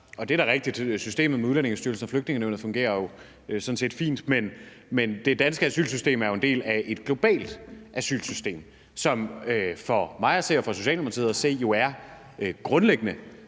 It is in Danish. det er da rigtigt, at systemet med Udlændingestyrelsen og Flygtningenævnet sådan set fungerer fint, men det danske asylsystem er jo en del af et globalt asylsystem, som for mig at se og for Socialdemokratiet at se grundlæggende